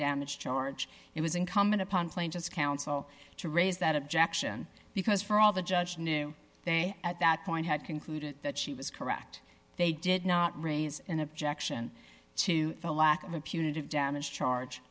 damage charge it was incumbent upon plain just counsel to raise that objection because for all the judge knew they at that point had concluded that she was correct they did not raise an objection to the lack of a punitive damage charge